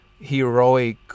heroic